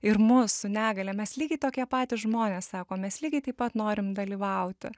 ir mus su negalia mes lygiai tokie patys žmonės sako mes lygiai taip pat norim dalyvauti